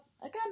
again